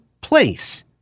place